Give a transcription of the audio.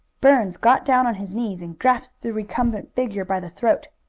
burns got down on his knees and grasped the recumbent figure by the throat.